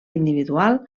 individual